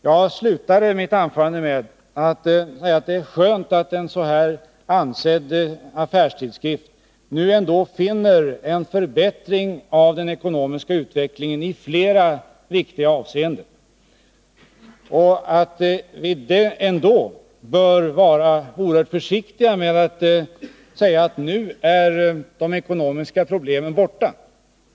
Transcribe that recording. Jag slutade mitt anförande med att säga att det är skönt att en så ansedd affärstidskrift nu finner en förbättring av den ekonomiska utvecklingen i flera viktiga avseenden, men att vi ändå bör vara oerhört försiktiga med att säga att de ekonomiska problemen i dag är borta.